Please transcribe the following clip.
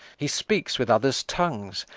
he speaks with others' tongues,